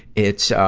it's, ah,